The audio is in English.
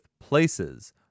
places